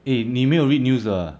eh 你没有 read news 的啊